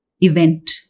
event